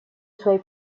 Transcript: suoi